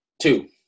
two